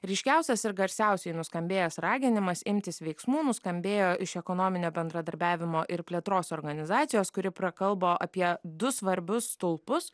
ryškiausias ir garsiausiai nuskambėjęs raginimas imtis veiksmų nuskambėjo iš ekonominio bendradarbiavimo ir plėtros organizacijos kuri prakalbo apie du svarbius stulpus